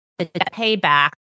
payback